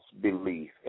belief